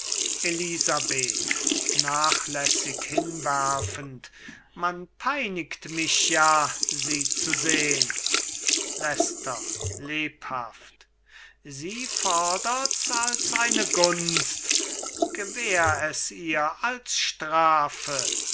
elisabeth nachlässig hinwerfend man peinigt mich ja sie zu sehn leicester lebhaft sie fordert's als eine gunst gewähr es ihr als strafe